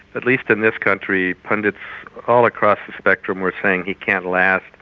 at least in this country pundits all across the spectrum were saying he can't last.